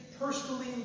personally